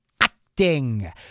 acting